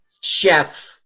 chef